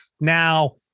Now